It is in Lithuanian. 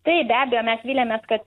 taip be abejo mes viliamės kad